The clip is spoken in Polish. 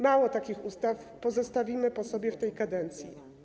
Mało takich ustaw pozostawimy po sobie w tej kadencji.